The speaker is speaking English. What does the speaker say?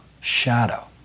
shadow